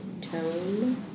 tone